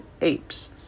apes